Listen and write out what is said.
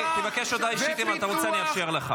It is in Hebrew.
לא אתה אשם, סליחה.